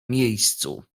miejscu